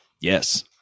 Yes